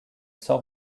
sans